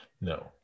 No